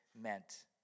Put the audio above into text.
meant